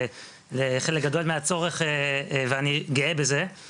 לחלק גדול מהצורך ואני גאה בזה,